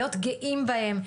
להיות גאים בהם,